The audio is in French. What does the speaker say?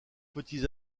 petits